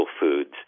foods